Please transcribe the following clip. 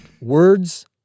Words